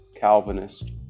Calvinist